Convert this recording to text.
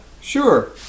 sure